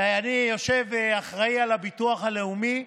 ואני אחראי על הביטוח הלאומי,